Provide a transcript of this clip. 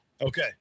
Okay